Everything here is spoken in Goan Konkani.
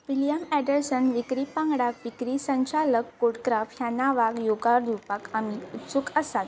विलयम ऍडर्सन विक्री पांगडाक विक्री संचालक गुडक्राफ्ट ह्या नांवाक येवकार दिवपाक आमी उत्सूक आसात